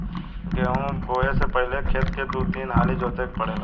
गेंहू बोऐ से पहिले खेत के दू तीन हाली जोते के पड़ेला